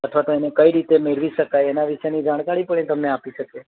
અથવા તો એને કઈ રીતે મેળવી શકાય એના વિશેની જાણકારી પણ એ તમને આપી શકે